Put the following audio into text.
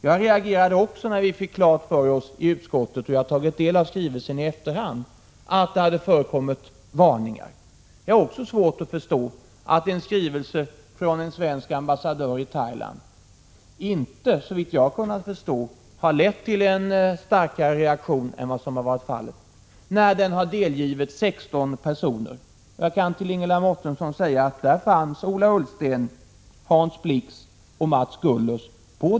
Jag reagerade också när vi i utskottet fick klart för oss — jag har tagit del av skrivelsen i efterhand — att det hade framförts varningar. Jag har likaså svårt att förstå att en skrivelse från en svensk ambassadör i Thailand inte, såvitt jag kunnat finna, har lett till en starkare reaktion än som har varit fallet, sedan den delgivits 16 personer. På den delgivningslistan, Ingela Mårtensson, fanns bl.a. Ola Ullsten, Hans Blix och Mats Gullers.